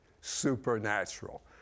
supernatural